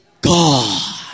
God